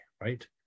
right